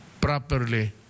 properly